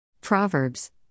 Proverbs